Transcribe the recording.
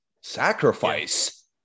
Sacrifice